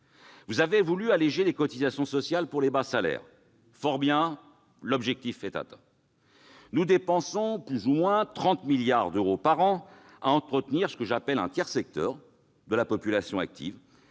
Vous avez voulu alléger les cotisations sociales sur les bas salaires ? Fort bien, l'objectif est atteint ! Nous dépensons plus ou moins 30 milliards d'euros par an à entretenir ce que j'appelle le « tiers secteur » de la population active,